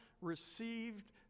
received